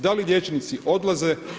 Da li liječnici odlaze?